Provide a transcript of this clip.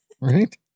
Right